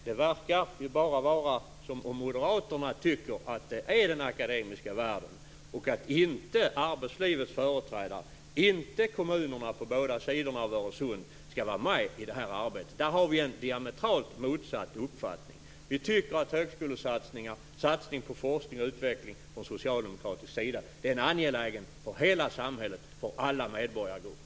Det verkar som att moderaterna tycker att det bara är den akademiska världen, inte arbetslivets företrädare och inte kommunerna på båda sidorna av Öresund, som skall vara med i det här arbetet. Där har vi en diametralt motsatt uppfattning. Vi tycker från socialdemokratisk sida att högskolesatsningar och satsning på forskning och utveckling är angelägna för hela samhället och alla medborgargrupper.